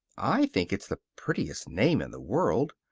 i think it's the prettiest name in the world.